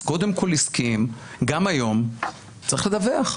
אז קודם כל, עסקיים, גם היום, צריך לדווח.